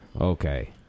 Okay